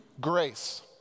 grace